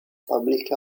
public